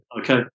Okay